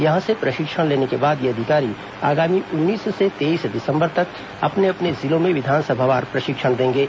यहां से प्रशिक्षण लेने के बाद ये अधिकारी आगामी उन्नीस से तेईस दिसंबर तक अपने अपने जिलों में विधानसभावार प्रशिक्षण देंगे